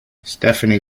stephanie